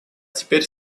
теперь